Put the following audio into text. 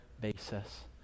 basis